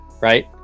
right